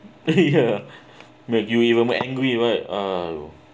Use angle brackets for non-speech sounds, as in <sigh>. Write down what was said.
eh ya <laughs> you will even more angry what !haiyo!